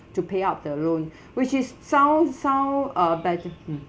to pay up the loan which is sound sound uh better hmm